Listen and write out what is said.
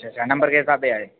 अच्छा अच्छा नंबर किस स्हाबें आए दे